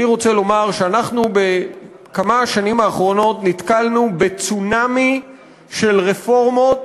אני רוצה לומר שאנחנו בכמה השנים האחרונות נתקלנו בצונאמי של רפורמות